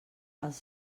els